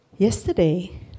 Yesterday